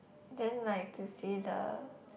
then like to see the